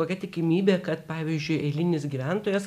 kokia tikimybė kad pavyzdžiui eilinis gyventojas